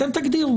אתם תגדירו